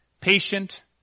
patient